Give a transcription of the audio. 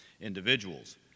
individuals